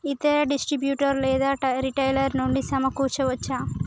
ఇతర డిస్ట్రిబ్యూటర్ లేదా రిటైలర్ నుండి సమకూర్చుకోవచ్చా?